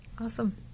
Awesome